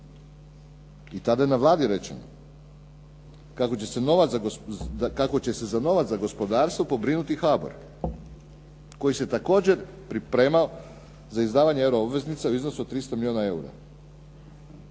i tada je na Vladi rečeno kako će se za novac za gospodarstvo pobrinuti HBOR koji se također pripremao za izdavanje obveznica u iznosu od 300 milijuna eura.